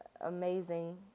amazing